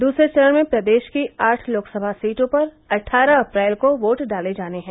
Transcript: दूसरे चरण में प्रदेश की आठ लोकसभा सीटों पर अट्ठारह अप्रैल को बोट डाले जाने हैं